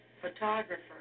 photographer